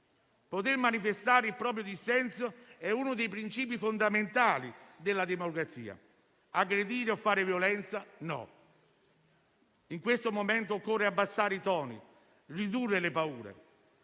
Poter manifestare il proprio dissenso è uno dei principi fondamentali della democrazia; aggredire o fare violenza no. In questo momento occorre abbassare i toni, ridurre le paure.